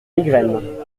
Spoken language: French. migraine